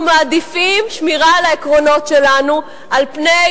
אנחנו מעדיפים שמירה על העקרונות שלנו על פני,